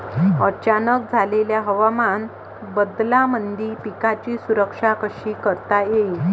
अचानक झालेल्या हवामान बदलामंदी पिकाची सुरक्षा कशी करता येईन?